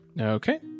Okay